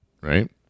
right